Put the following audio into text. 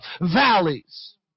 valleys